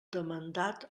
demandat